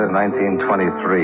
1923